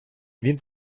він